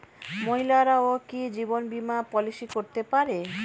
মহিলারাও কি জীবন বীমা পলিসি করতে পারে?